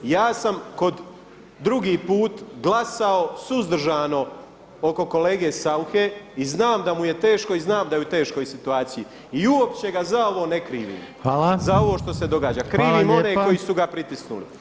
Ja sam kod, drugi put glasao suzdržano oko kolege Sauche i znam da mu je teško i znam da je u teškoj situaciji i uopće ga za ovo ne krivim, za ovo što se događa, krivim one koji su ga pritisnuli.